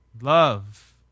love